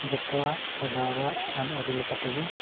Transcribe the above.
ᱡᱷᱚᱛᱚᱣᱟᱜ ᱥᱮᱫᱟᱭᱟᱜ ᱟᱹᱱᱼᱟᱹᱨᱤ ᱞᱮᱠᱟᱛᱮ ᱜᱮ